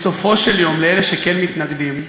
בסופו של יום, לאלה שכן מתנגדים,